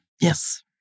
Yes